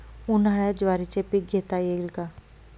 उन्हाळ्यात ज्वारीचे पीक घेता येईल का?